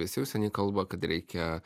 visi užsieny kalba kad reikia